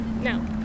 No